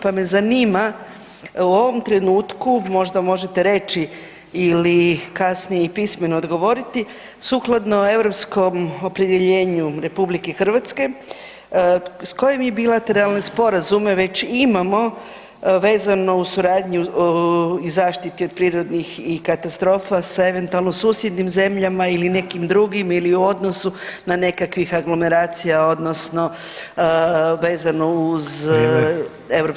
Pa me zanima u ovom trenutku možda možete reći ili kasnije i pismeno odgovoriti sukladno europskom opredjeljenju RH s kojim bilateralne sporazume već imamo vezano uz suradnju i zaštiti od prirodnih katastrofa sa eventualno susjednim zemljama ili nekim drugim ili u odnosu na nekakvih aglomeracija odnosno vezano uz EU [[Upadica Sanader: Vrijeme.]] Hvala.